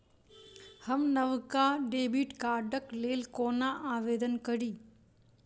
हम नवका डेबिट कार्डक लेल कोना आवेदन करी?